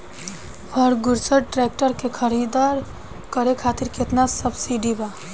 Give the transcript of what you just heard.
Ferguson tractor के खरीद करे खातिर केतना सब्सिडी बा?